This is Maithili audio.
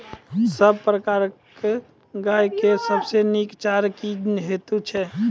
सब प्रकारक गाय के सबसे नीक चारा की हेतु छै?